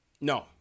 No